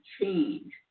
change